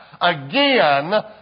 again